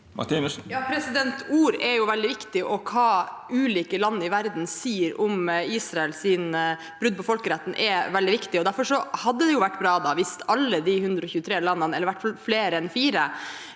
(R) Ord er veldig viktige, og hva ulike land i verden sier om Israels brudd på folkeretten, er veldig viktig. Derfor hadde det vært bra hvis alle de 123 landene, eller i hvert fall flere enn 4,